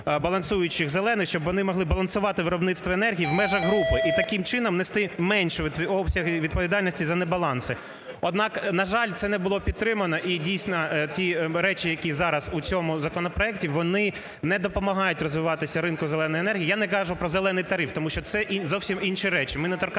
балансуючих "зелених", щоб вони могли балансувати виробництво енергії в межах групи, і таким чином нести менші обсяги відповідальності за небаланси. Однак, на жаль, це не було підтримано і , дійсно, ті речі, які зараз у цьому законопроекті, вони не допомагають розвиватися ринку "зеленої" енергії. Я не кажу про "зелений" тариф, тому що це зовсім інші речі. Ми не торкаємося